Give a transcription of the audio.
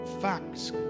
facts